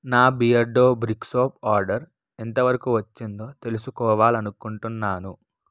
నా Beardo brick soap order ఎంతవరకు వచ్చిందో తెలుసుకోవాలనుకుంటున్నాను